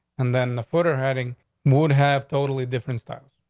and then the footer heading mood have totally different styles.